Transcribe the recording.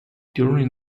during